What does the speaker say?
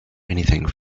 anything